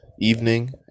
evening